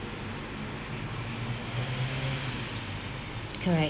correct